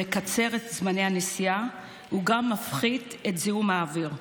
מקצר את זמני הנסיעה וגם מפחית את זיהום האוויר.